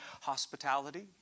hospitality